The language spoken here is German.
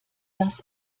das